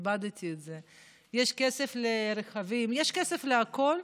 איבדתי את זה, יש כסף לרכבים, יש כסף להכול,